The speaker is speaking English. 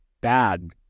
bad